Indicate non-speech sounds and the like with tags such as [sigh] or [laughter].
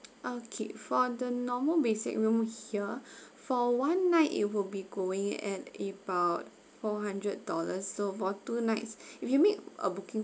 okay for the normal basic room here [breath] for one night it will be going at about four hundred dollars so for two nights [breath] if you make a booking